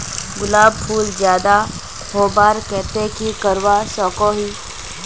गुलाब फूल ज्यादा होबार केते की करवा सकोहो ही?